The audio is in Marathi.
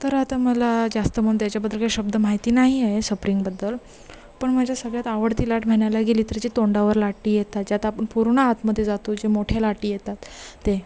तर आता मला जास्त म्हणून त्याच्याबद्दल काही शब्द माहिती नाही आहेत सफ्रिंगबद्दल पण माझ्या सगळ्यात आवडती लाट म्हणायला गेली तर जे तोंडावर लाटा येतात ज्यात आपण पूर्ण आतमध्ये जातो जे मोठ्या लाटा येतात ते